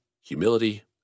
humility